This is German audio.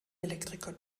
elektriker